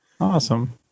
Awesome